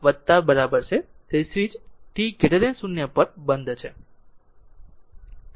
તેથી switch t 0 પર બંધ છે